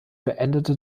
beendete